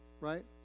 Right